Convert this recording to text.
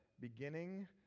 beginning